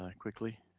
and quickly.